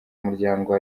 umuryango